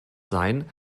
sein